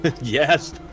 Yes